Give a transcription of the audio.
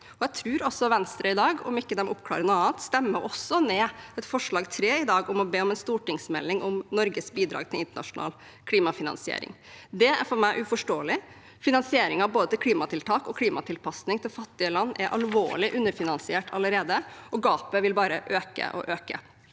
– og Venstre, tror jeg, om de ikke oppklarer noe annet – stemmer også ned forslag nr. 3, om å be om en stortingsmelding om Norges bidrag til internasjonal klimafinansiering. Det er for meg uforståelig. Både klimatiltak og klimatilpassing i fattige land er alvorlig underfinansiert allerede, og gapet vil bare øke og øke.